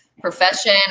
profession